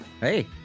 Hey